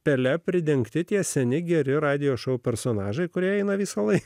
pele pridengti tie seni geri radijo šou personažai kurie eina visą laiką